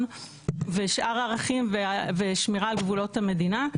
ושאר הערכים ושמירה על גבולות המדינה,